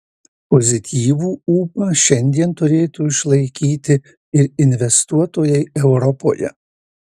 pozityvų ūpą šiandien turėtų išlaikyti ir investuotojai europoje